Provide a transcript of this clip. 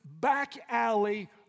back-alley